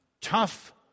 Tough